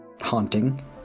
haunting